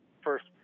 first